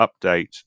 update